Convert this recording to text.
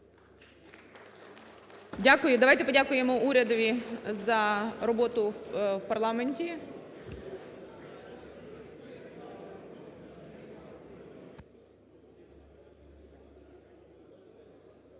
Дякую. Давайте подякуємо урядові за роботу в парламенті.